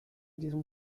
diesem